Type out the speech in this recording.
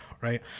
right